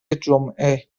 جمعه